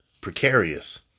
precarious